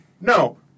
no